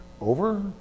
over